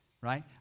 right